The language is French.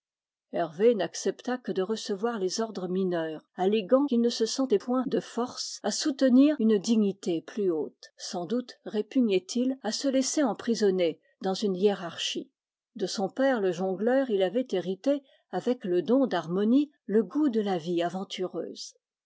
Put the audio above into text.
hervé n'accepta que de recevoir les ordres mineurs alléguant qu'il ne se sentait point de force à soutenir une dignité plus haute sans doute répu gnait il à se laisser emprisonner dans une hiérarchie de son père le jongleur il avait hérité avec le don d'harmonie le goût de la vie aventureuse